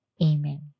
amen